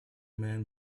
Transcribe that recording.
man